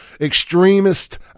extremist